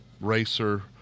racer